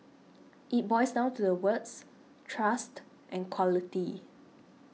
it boils down to the words trust and quality